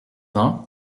vingts